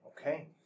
Okay